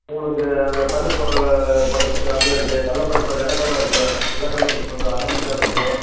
உங்களுக்கு அந்த பருப்பு போட்ட மிச்சர் அதுவும் இருக்குது கடலப்பருப்பு நெலக்கடல இருக்கும் நெலக்கடல மிக்ஸ் பண்ணுற அந்த மிச்சர் இருக்குது